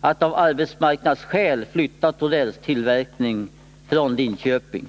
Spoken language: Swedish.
att av arbetsmarknadsskäl flytta Torells tillverkning från Linköping.